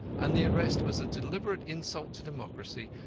and the arrest was a deliberate insult to democracy,